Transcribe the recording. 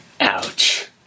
Ouch